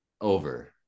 Over